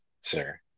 sir